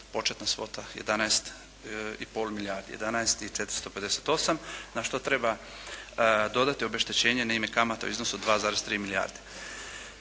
početna svota 11,5 milijardi, 11.458 na što treba dodati obeštećenje na ime kamata u iznosu od 2,3 milijarde.